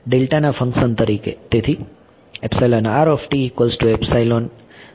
delta ના function તરીકે